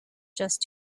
just